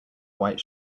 white